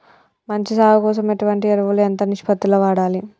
మంచి సాగు కోసం ఎటువంటి ఎరువులు ఎంత నిష్పత్తి లో వాడాలి?